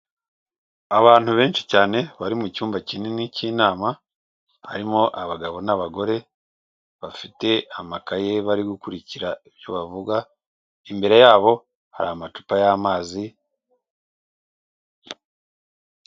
Abantu benshi cyane bari mu cyumba kinini cy'inama harimo abagabo n'abagore bafite amakaye bari gukurikira ibyo bavuga, imbere yabo hari amacupa y'amazi.